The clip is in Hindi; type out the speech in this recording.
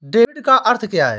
डेबिट का अर्थ क्या है?